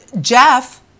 Jeff